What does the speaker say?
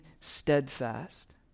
steadfast